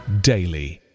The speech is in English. daily